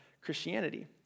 Christianity